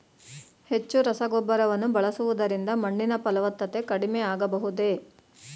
ಹೆಚ್ಚು ರಸಗೊಬ್ಬರವನ್ನು ಬಳಸುವುದರಿಂದ ಮಣ್ಣಿನ ಫಲವತ್ತತೆ ಕಡಿಮೆ ಆಗಬಹುದೇ?